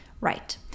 Right